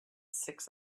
six